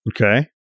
Okay